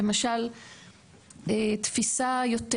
למשל תפיסה יותר